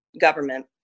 government